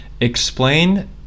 explain